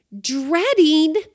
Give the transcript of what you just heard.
dreading